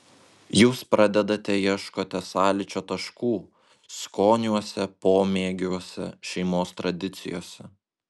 jūs pradedate ieškote sąlyčio taškų skoniuose pomėgiuose šeimos tradicijose